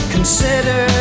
Consider